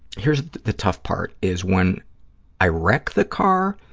here's the tough part, is when i wreck the car,